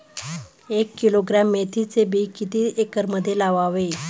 एक किलोग्रॅम मेथीचे बी किती एकरमध्ये लावावे?